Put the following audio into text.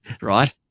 Right